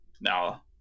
Now